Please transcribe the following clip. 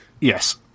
Yes